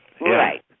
Right